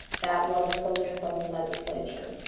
that was a focus of the legislature.